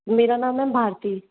मेरा नाम मैम भारती